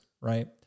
right